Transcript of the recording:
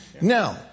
Now